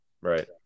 Right